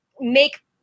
make